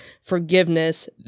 forgiveness